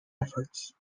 efforts